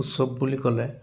উৎসৱ বুলি ক'লে